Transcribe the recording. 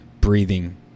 breathing